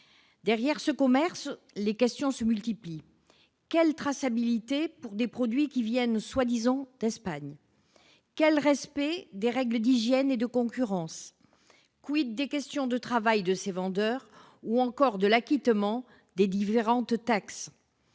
Derrière ce commerce, les questions se multiplient : quelle traçabilité pour des produits qui viennent, soi-disant, d'Espagne ? Quel respect des règles d'hygiène et de concurrence ? des conditions de travail de ces vendeurs ou encore de l'acquittement des différentes taxes ?